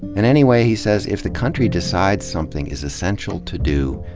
and anyway, he says, if the country decides something is essential to do,